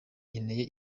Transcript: nkeneye